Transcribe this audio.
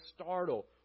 startle